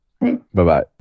Bye-bye